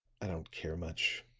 i don't care much,